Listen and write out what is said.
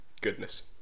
goodness